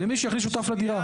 למי שיכניס שותף לדירה.